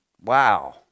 Wow